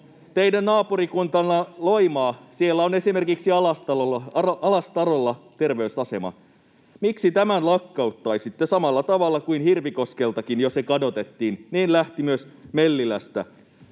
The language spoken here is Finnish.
teidän naapurikunnassanne Loimaalla on esimerkiksi Alastarolla terveysasema. Miksi tämän lakkauttaisitte samalla tavalla kuin Hirvikoskeltakin se jo kadotettiin? Niin lähti myös Mellilästä.